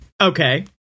Okay